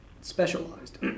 specialized